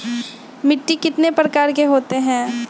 मिट्टी कितने प्रकार के होते हैं?